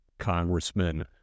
Congressman